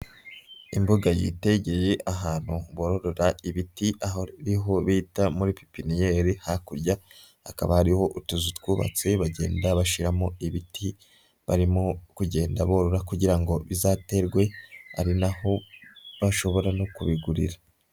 Imbuga yitegeye ahantu bororora ibiti, aho ni ho bita muri pipiniyeri hakurya hakaba hariho utuzu twubatse, bagenda bashiramo ibiti, barimo kugenda borora kugira ngo bizaterwe, ari na ho bashobora no kubigurira.